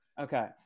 Okay